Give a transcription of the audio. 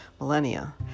millennia